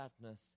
sadness